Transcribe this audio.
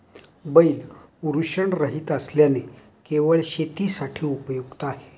बैल वृषणरहित असल्याने केवळ शेतीसाठी उपयुक्त आहे